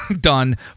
done